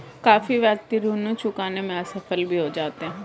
काफी व्यक्ति ऋण चुकाने में असफल भी हो जाते हैं